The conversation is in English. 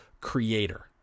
creator